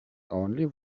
only